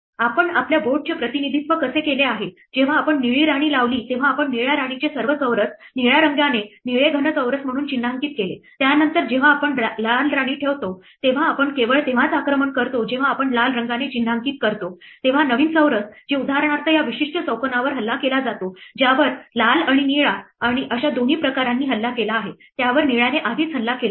आपण आपल्या बोर्डचे प्रतिनिधित्व कसे केले आहे जेव्हा आपण निळी राणी लावली तेव्हा आपण निळ्या राणीचे सर्व चौरस निळ्या रंगाने निळे घन चौरस म्हणून चिन्हांकित केले त्यानंतर जेव्हा आपण लाल राणी ठेवतो तेव्हा आपण केवळ तेव्हाच आक्रमण करतो जेव्हा आपण लाल रंगाने चिन्हांकित करतो तेव्हा नवीन चौरस जे उदाहरणार्थ या विशिष्ट चौकोनावर हल्ला केला जातो ज्यावर लाल आणि निळा अशा दोन्ही प्रकारांनी हल्ला केला आहे त्यावर निळ्याने आधीच हल्ला केला होता